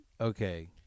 Okay